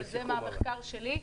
אבל זה מהמחקר שלי,